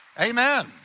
Amen